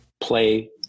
play